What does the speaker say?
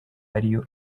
ariyo